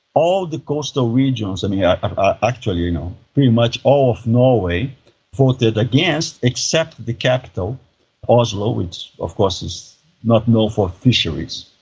all the coastal regions, um yeah ah actually you know pretty much all of norway voted against, except the capital oslo which of course is not known for fisheries.